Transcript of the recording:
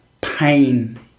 pain